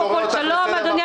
אני קורא אותך לסדר פעם ראשונה,